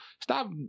Stop